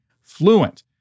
fluent